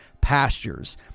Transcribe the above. pastures